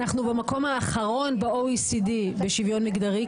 אנחנו במקום האחרון ב-OECD בשוויון מגדרי,